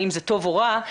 האם זה טוב או רע,